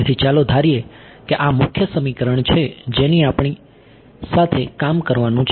તેથી ચાલો ધારીએ કે આ મુખ્ય સમીકરણ છે જેની સાથે આપણે કામ કરવાનું છે